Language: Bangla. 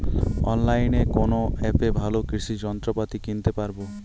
অনলাইনের কোন অ্যাপে ভালো কৃষির যন্ত্রপাতি কিনতে পারবো?